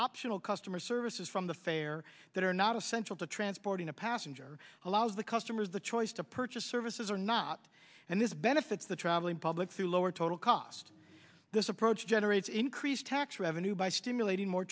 optional customer services from the fare that are not essential to transporting a passenger allows the customers the choice to purchase services or not and this benefits the traveling public through lower total cost this approach generates increased tax revenue by stimulating more